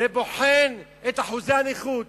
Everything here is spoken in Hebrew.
ובוחנים את אחוזי הנכות,